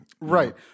Right